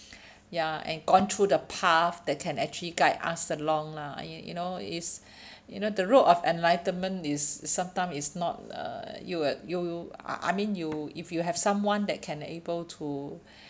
ya and gone through the path that can actually guide us along lah you you know is you know the road of enlightenment is is sometime is not uh you you you I mean you if you have someone that can able to